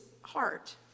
heart